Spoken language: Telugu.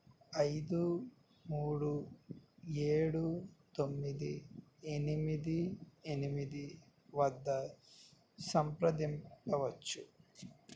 ఐదు మూడు ఏడు తొమ్మిది ఎనిమిది ఎనిమిది వద్ద సంప్రదించవచ్చు